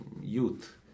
youth